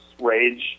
rage